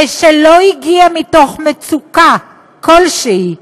ולא הגיעה מתוך מצוקה כלשהי,